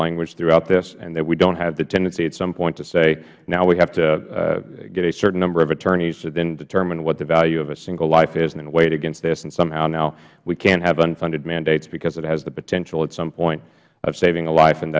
language throughout this and we dont have the tendency at some point to say now we have to get a certain number of attorneys to then determine what the value of a single life is and weigh it against this and somehow now we cant have unfunded mandates because it has the potential at some point of saving a life and